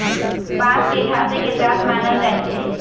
बांस के घासे के जात मानल जाइ छइ